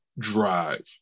Drive